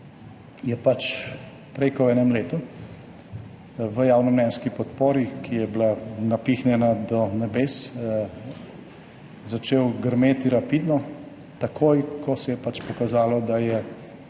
je pač prej kot v enem letu v javnomnenjski podpori, ki je bila napihnjena do nebes, začel grmeti, rapidno, takoj ko se je pač pokazalo, da je